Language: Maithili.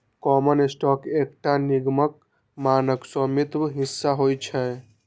कॉमन स्टॉक एकटा निगमक मानक स्वामित्व हिस्सा होइ छै